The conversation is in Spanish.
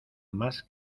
más